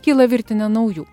kyla virtinė naujų